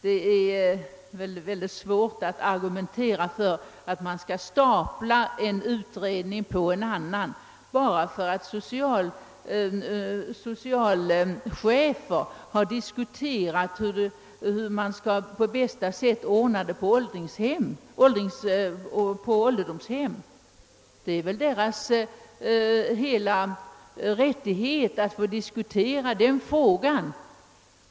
Det är väl svårt att argumentera för att man skall stapla en utredning på en annan bara för att socialchefer har diskuterat hur de på bästa sätt skall ordna det på ålderdomshemmen. De har rätt att diskutera den frågan.